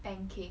pancake